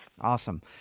Awesome